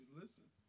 listen